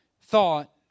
thought